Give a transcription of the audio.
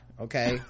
okay